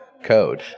code